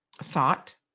sought